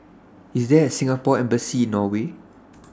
IS There A Singapore Embassy in Norway